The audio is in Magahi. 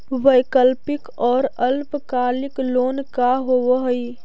वैकल्पिक और अल्पकालिक लोन का होव हइ?